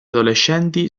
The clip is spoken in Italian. adolescenti